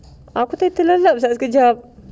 aku terlelap sia sekejap